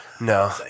no